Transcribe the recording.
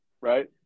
Right